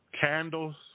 Candles